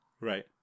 Right